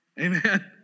Amen